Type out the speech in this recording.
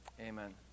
Amen